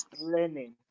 learning